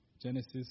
Genesis